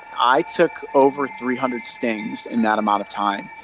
i took over three hundred stings in that amount of time.